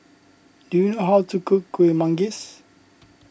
do you know how to cook Kuih Manggis